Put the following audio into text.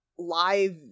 Live